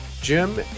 Jim